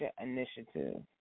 Initiative